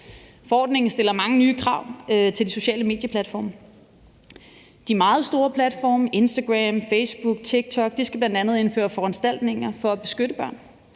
Forordningen stiller mange nye krav til sociale medier-platformene. De meget store platforme, Instagram, Facebook og TikTok, skal bl.a. indføre foranstaltninger for at beskytte børn,